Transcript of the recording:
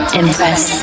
impress